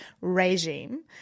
regime